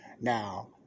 Now